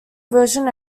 version